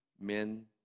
men